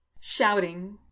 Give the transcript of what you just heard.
Shouting